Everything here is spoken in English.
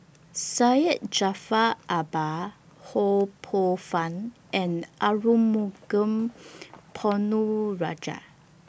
Syed Jaafar Albar Ho Poh Fun and Arumugam Ponnu Rajah